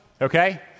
okay